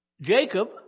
Jacob